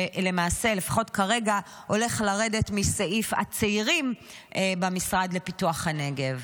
שלמעשה לפחות כרגע הולך לרדת מסעיף הצעירים במשרד לפיתוח הנגב.